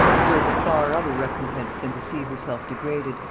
deserved a far other recompense than to see herself degraded,